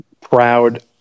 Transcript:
proud